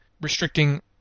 restricting